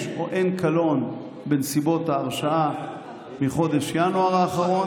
או אין קלון בנסיבות ההרשעה בחודש ינואר האחרון,